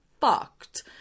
fucked